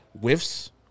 whiffs